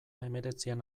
hemeretzian